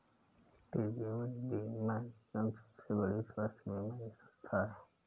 भारतीय जीवन बीमा निगम सबसे बड़ी स्वास्थ्य बीमा संथा है